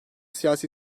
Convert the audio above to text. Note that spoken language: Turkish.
siyasi